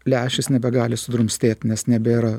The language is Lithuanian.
lęšis nebegali sudrumstėt nes nebėra